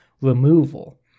removal